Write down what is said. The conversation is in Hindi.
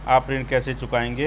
आप ऋण कैसे चुकाएंगे?